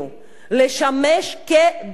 לשמש כדוגמה